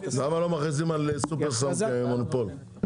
--- למה לא מכריזים על סופר פארם כמונופול?